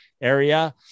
area